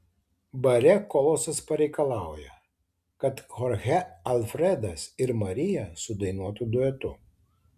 bare kolosas pareikalauja kad chorchė alfredas ir marija sudainuotų duetu